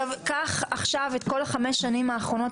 קח עכשיו את כל החמש שנים האחרונות,